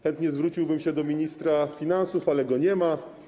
Chętnie zwróciłbym się do ministra finansów, ale go nie ma.